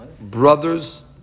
brother's